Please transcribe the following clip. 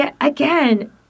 again